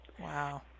Wow